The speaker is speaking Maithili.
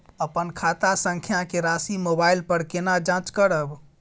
अपन खाता संख्या के राशि मोबाइल पर केना जाँच करब?